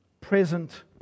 present